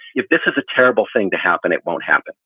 if this is a terrible thing to happen, it won't happen.